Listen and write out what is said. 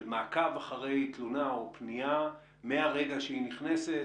של מעקב אחרי תלונה או פנייה מהרגע שהיא נכנסת,